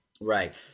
Right